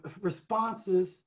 responses